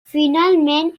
finalment